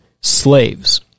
slaves